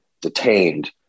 detained